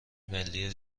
ملی